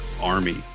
army